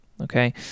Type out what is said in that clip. okay